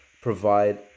provide